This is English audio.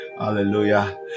hallelujah